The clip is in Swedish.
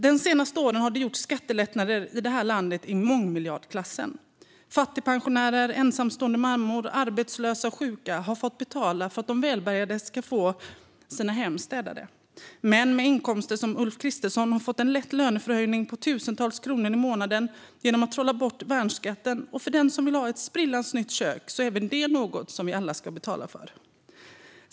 De senaste åren har det gjorts skattelättnader i mångmiljardklassen i det här landet. Fattigpensionärer, ensamstående mammor, arbetslösa och sjuka har fått betala för att de välbärgade ska få sina hem städade. Män med inkomster som Ulf Kristerssons har fått en lätt löneförhöjning på tusentals kronor i månaden genom att man trollat bort värnskatten, och om det är någon som vill ha ett sprillans nytt kök är även det något som vi alla ska betala för.